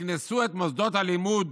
יקנסו את מוסדות הלימוד